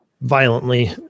violently